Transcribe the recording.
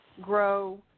grow